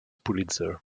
pulitzer